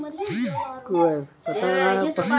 हम के.वाई.सी में कैसे परिवर्तन कर सकते हैं?